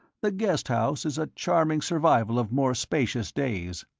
the guest house is a charming survival of more spacious days.